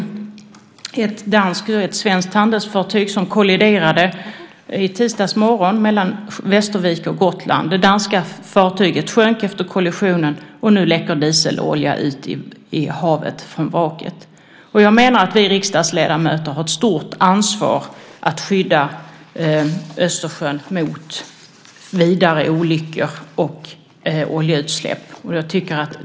Det var ett danskt och ett svenskt handelsfartyg som kolliderade tisdags morgon mellan Västervik och Gotland. Det danska fartyget sjönk efter kollisionen, och nu läcker dieselolja ut i havet från vraket. Jag menar att vi riksdagsledamöter har ett stort ansvar att skydda Östersjön mot vidare olyckor och oljeutsläpp.